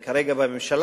אני כרגע בממשלה,